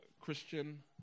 Christian